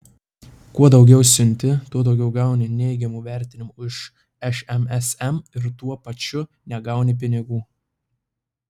kuo daugiau siunti tuo daugiau gauni neigiamų vertinimų iš šmsm ir tuo pačiu negauni pinigų